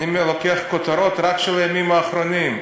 אני לוקח כותרות רק של הימים האחרונים,